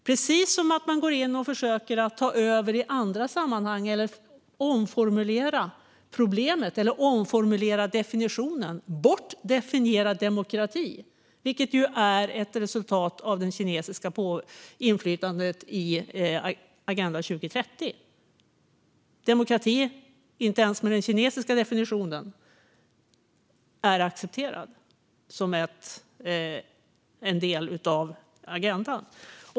Precis på samma sätt försöker man från Kina gå in och ta över i andra sammanhang eller omformulera eller bortdefiniera demokratin. Det är ett resultat av det kinesiska inflytandet på Agenda 2030. Inte ens med den kinesiska definitionen är demokrati en accepterad del av agendan.